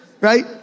right